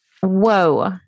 Whoa